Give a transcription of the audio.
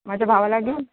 माझ्या भावाला घेऊन